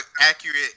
accurate